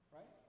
Right